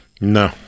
No